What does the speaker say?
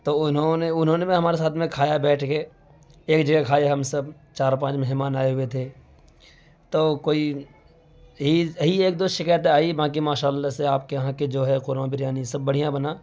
تو انہوں نے انہوں نے بھی ہمارے ساتھ کھایا بیٹھ کے ایک جگہ کھائے ہم سب چار پانچ مہمان آئے ہوئے تھے تو کوئی یہی یہی ایک دو شکایتیں آئی باقی ماشاء اللہ سے آپ کے یہاں کے جو ہے قورمہ بریانی سب بڑھیا بنا